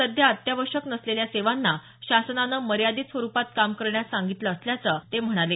सध्या अत्यावश्यक नसलेल्या सेवांना शासनानं मर्यादित स्वरुपात काम करण्यास सांगितलं असल्याचं ते म्हणाले